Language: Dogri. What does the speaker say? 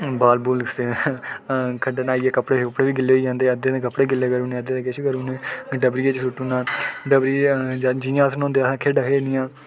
बाल बूल सिद्धे खड्डा न्हाइयै कपड़े बी गिल्ले होई जंदे अद्धे दे कपड़े करी ओड़ने अद्धे दे किश करी ओड़ने फ्ही डबरिया च सु'ट्टी ओड़ना डबरिया जि'यां अस न्हौंदे असें खेढां खेढनियां